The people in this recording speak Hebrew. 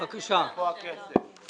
אני עובר לפנייה מספר 424 עד 425